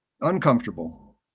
uncomfortable